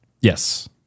Yes